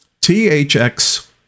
THX